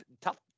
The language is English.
tough